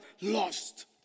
lost